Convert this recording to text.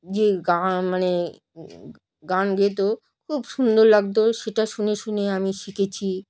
যে গান মানে গান গাইতো খুব সুন্দর লাগতো সেটা শুনে শুনে আমি শিখেছি